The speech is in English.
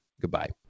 goodbye